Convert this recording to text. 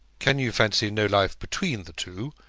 can you fancy no life between the two,